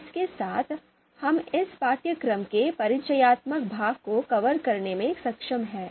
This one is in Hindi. इसके साथ हम इस पाठ्यक्रम के परिचयात्मक भाग को कवर करने में सक्षम हैं